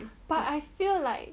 but I feel like